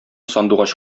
сандугач